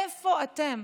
איפה אתם?